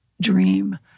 dream